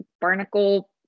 barnacle